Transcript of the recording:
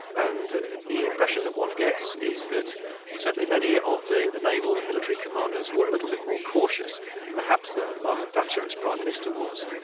and the impression that one gets is that certainly many of the the naval and military commanders were a little bit more cautious perhaps than margaret thatcher as prime minister was.